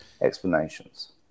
explanations